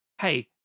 hey